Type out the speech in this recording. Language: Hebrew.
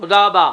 תודה רבה.